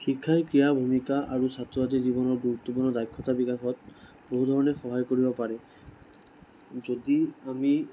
শিক্ষাত ক্ৰীড়াৰ ভূমিকা আৰু ছাত্ৰ ছাত্ৰীৰ জীৱনৰ গুৰুত্বপূৰ্ণ দক্ষতা বিকাশত বহু ধৰণে সহায় কৰিব পাৰে যদি আমি